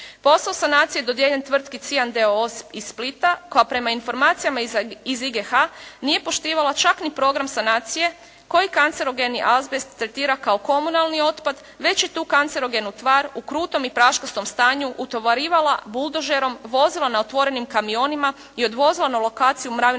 Posao sanacije je dodijeljen tvrtki "CIAN" d.o.o. iz Splita koja prema informacijama iz IGH nije poštivala čak ni program sanacije koji kancerogeni azbest tretira kao komunalni otpad, već i tu kancerogenu tvar u krutom i praškastom stanju utovarivala buldožerom vozila na otvorenim kamionima i odvozila na lokaciju mravinačka